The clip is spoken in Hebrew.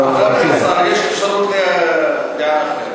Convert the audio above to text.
אחרי השר יש אפשרות לדעה אחרת.